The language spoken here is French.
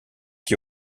qui